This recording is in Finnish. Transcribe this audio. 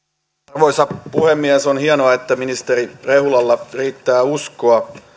arvoisa puhemies on hienoa että ministeri rehulalla riittää uskoa